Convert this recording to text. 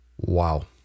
Wow